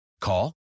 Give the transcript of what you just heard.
Call